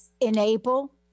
enable